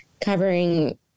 covering